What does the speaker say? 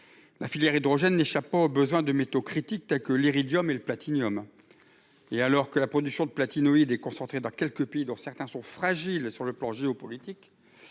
la filière hydrogène n'échappe pas aux besoins en métaux critiques, tels que l'iridium et le platine. Alors que la production de platinoïdes est concentrée dans quelques pays, dont certains sont fragiles sur le plan géopolitique,